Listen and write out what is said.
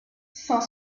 cinq